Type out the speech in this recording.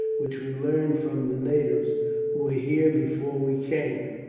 which we learned from the natives who were here before we came,